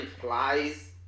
flies